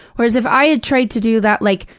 whereas if i had tried to do that like,